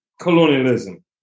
colonialism